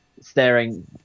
staring